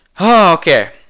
okay